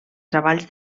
treballs